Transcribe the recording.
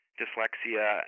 dyslexia